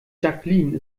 jacqueline